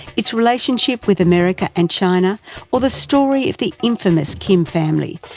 its relationship with america and china or the story of the infamous kim family,